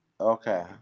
Okay